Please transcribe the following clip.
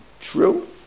True